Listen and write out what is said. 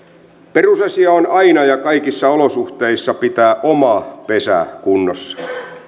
perusasia on aina ja kaikissa olosuhteissa pitää oma pesä kunnossa